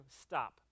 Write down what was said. stop